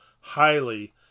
highly